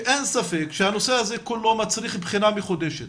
שאין ספק שהנושא הזה כולו מצריך בחינה מחודשת